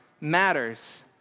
matters